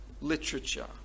literature